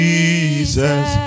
Jesus